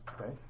okay